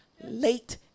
late